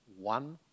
one